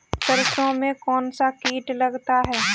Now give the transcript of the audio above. सरसों में कौनसा कीट लगता है?